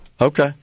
Okay